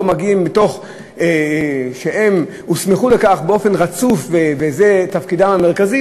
לא מגיעים מתוך שהם הוסמכו לכך באופן רצוף וזה תפקידם המרכזי,